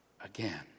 again